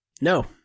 No